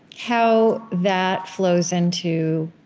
how that flows into